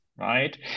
Right